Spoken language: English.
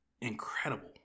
incredible